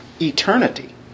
Eternity